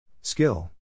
Skill